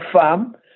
farm